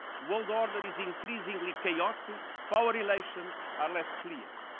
world order is increasingly chaotic. power relations are less clear.